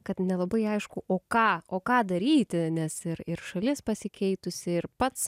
kad nelabai aišku o ką o ką daryti nes ir ir šalis pasikeitusi ir pats